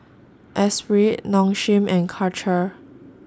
Espirit Nong Shim and Karcher